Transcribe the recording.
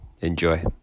Enjoy